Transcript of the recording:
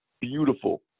beautiful